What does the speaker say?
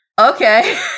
okay